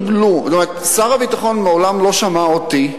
שר הביטחון מעולם לא שמע אותי,